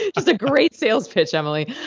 just a great sales pitch emily